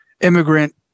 immigrant